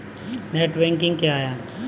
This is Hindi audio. नेट बैंकिंग क्या है?